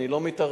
אני לא מתערב.